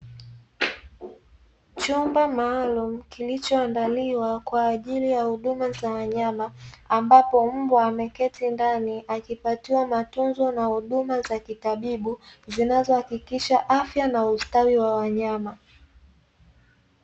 Chumba maalumu kilichoandaliwa kwa ajili ya huduma za wanyama, ambapo mbwa ameketi ndani akipatiwa matunzo na huduma za kitabibu zinazohakikisha afya na ustawi wa wanyama.